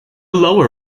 lower